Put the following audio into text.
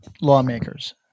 lawmakers